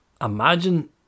imagine